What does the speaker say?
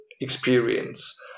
experience